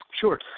sure